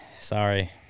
Sorry